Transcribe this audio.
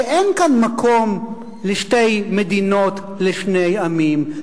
שאין כאן מקום לשתי מדינות לשני עמים,